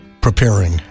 preparing